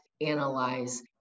analyze